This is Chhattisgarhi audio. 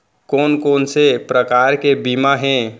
कोन कोन से प्रकार के बीमा हे?